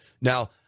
Now